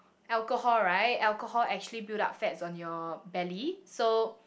alcohol right alcohol actually build up fats on your belly so